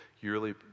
yearly